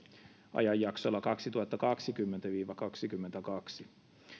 ajanjaksolla kaksituhattakaksikymmentä viiva kaksikymmentäkaksi